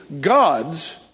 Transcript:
gods